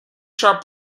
shop